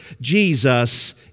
Jesus